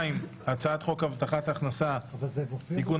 2. הצעת חוק הבטחת הכנסה (תיקון,